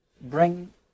bring